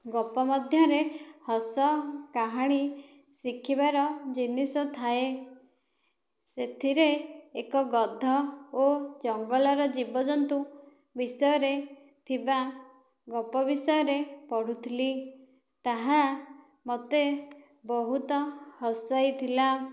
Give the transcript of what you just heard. ଗପ ମଧ୍ୟରେ ହସ କାହାଣୀ ଶିଖିବାର ଜିନିଷ ଥାଏ ସେଥିରେ ଏକ ଗଧ ଓ ଜଙ୍ଗଲର ଜୀବଜନ୍ତୁ ବିଷୟରେ ଥିବା ଗପ ବିଷୟରେ ପଢ଼ୁଥିଲି ତାହା ମୋତେ ବହୁତ ହସାଇଥିଲା